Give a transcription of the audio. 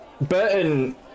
Burton